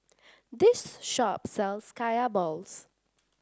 this shop sells Kaya Balls